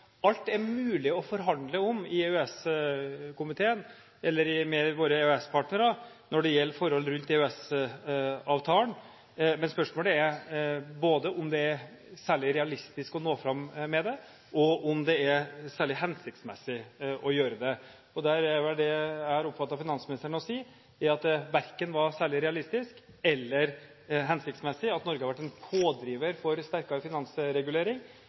alt er mulig å forhandle om med våre EØS-partnere når det gjelder forhold rundt EØS-avtalen. Men spørsmålet er både om det er særlig realistisk å nå fram med det, og om det er særlig hensiktmessig å gjøre det. Det jeg har oppfattet at finansministeren har sagt, er at det verken hadde vært særlig realistisk eller hensiktsmessig om Norge hadde vært en pådriver for sterkere finansregulering,